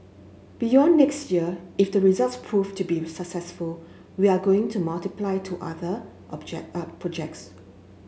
beyond next year if the results proved to be successful we are going to multiply to other object projects